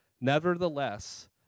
Nevertheless